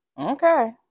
Okay